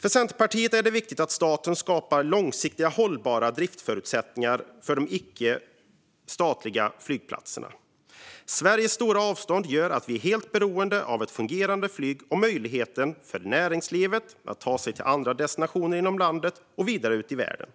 För Centerpartiet är det viktigt att staten skapar långsiktiga och hållbara driftsförutsättningar för de icke-statliga flygplatserna. Sveriges stora avstånd gör att vi är helt beroende av ett fungerande flyg och möjligheten för näringslivet att lätt ta sig till andra destinationer inom landet och vidare ut i världen.